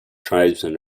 tribesmen